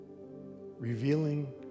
revealing